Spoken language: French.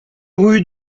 rue